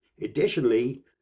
Additionally